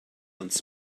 uns